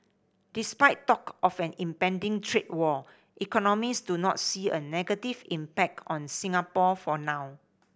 despite talk of an impending trade war economists do not see a negative impact on Singapore for now